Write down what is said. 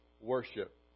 Worship